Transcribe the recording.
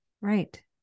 Right